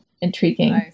intriguing